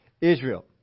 Israel